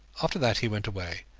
after that he went away,